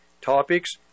Topics